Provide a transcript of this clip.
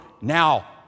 now